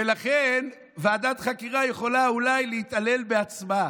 ולכן, ועדת חקירה יכולה אולי להתעלל בעצמה.